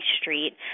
street